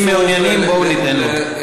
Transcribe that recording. אם מעוניינים, בואו ניתן לו.